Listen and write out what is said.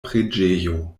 preĝejo